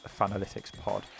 fanalyticspod